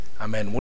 Amen